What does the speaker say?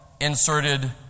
inserted